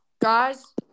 Guys